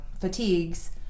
fatigues